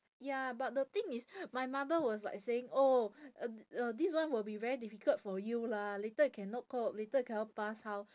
ya but the thing is my mother was like saying oh uh uh this one will be very difficult for you lah later you cannot cope later you cannot pass how